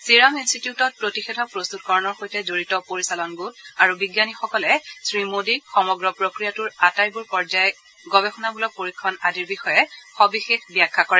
serum ইনষ্টিটিউটত প্ৰতিষেধক প্ৰস্তুতকৰণৰ সৈতে জড়িত পৰিচালন গোট আৰু বিজ্ঞানীসকলে শ্ৰীমোডীক সমগ্ৰ প্ৰক্ৰিয়াটোৰ আটাইবোৰ পৰ্যায় গৱেষণামূলক পৰীক্ষণ আদিৰ বিষয়ে সবিশেষ ব্যাখ্যা কৰে